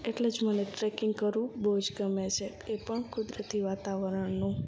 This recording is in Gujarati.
એટલે જ મને ટ્રેકિંગ કરવું બહુ જ ગમે છે એ પણ કુદરતી વાતાવરણનું